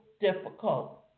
difficult